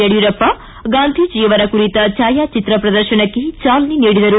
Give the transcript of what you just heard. ಯಡಿಯೂರಪ್ಪ ಗಾಂಧೀಜಿಯವರ ಕುರಿತ ಛಾಯಾಚಿತ್ರ ಪ್ರದರ್ಶನಕ್ಕೆ ಚಾಲನೆ ನೀಡಿದರು